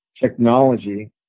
technology